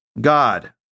God